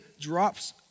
drops